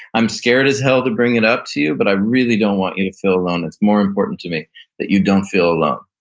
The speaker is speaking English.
i'm scared as hell to bring it up to you, but i really don't want you to feel alone. it's more important to me that you don't feel alone.